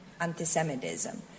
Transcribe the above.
antisemitism